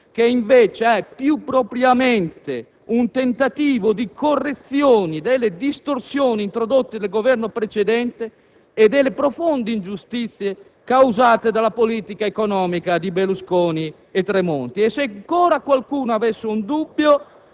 che invece è, più propriamente, un tentativo di correzione delle distorsioni introdotte dal Governo precedente e delle profonde ingiustizie causate dalla politica economica di Berlusconi e Tremonti. Se poi ancora qualcuno avesse dei dubbi,